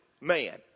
man